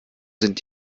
sind